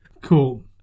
Cool